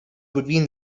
between